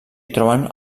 troben